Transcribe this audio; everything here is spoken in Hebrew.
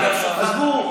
אבל עזבו,